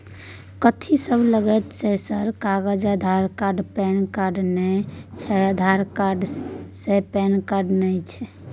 कथि सब लगतै है सर कागज आधार कार्ड पैन कार्ड नए छै आधार कार्ड छै पैन कार्ड ना छै?